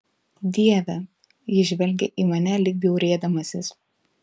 dieve jis žvelgė į mane lyg bjaurėdamasis